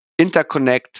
interconnect